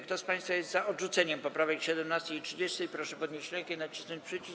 Kto z państwa jest za odrzuceniem poprawek 17. i 30., proszę podnieść rękę i nacisnąć przycisk.